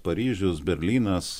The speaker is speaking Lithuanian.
paryžius berlynas